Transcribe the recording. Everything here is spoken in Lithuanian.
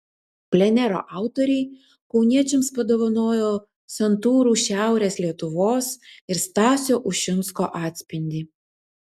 plenero autoriai kauniečiams padovanojo santūrų šiaurės lietuvos ir stasio ušinsko atspindį